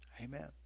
Amen